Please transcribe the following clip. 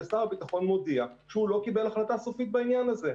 ושר הביטחון מודיע שהוא לא קיבל החלטה סופית בעניין הזה.